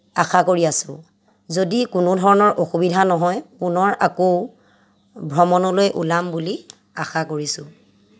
আশা কৰি আছোঁ যদি কোনো ধৰণৰ অসুবিধা নহয় পুনৰ আকৌ ভ্ৰমণলৈ ওলাম বুলি আশা কৰিছোঁ